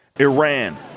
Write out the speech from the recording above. Iran